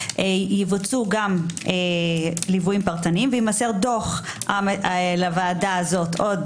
יבוצעו גם ליוויים פרטניים ויימסר דוח לוועדה הזו עוד